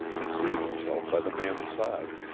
and seated himself by the man's side,